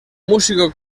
músico